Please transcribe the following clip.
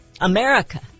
America